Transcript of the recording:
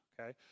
Okay